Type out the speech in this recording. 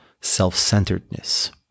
self-centeredness